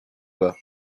bas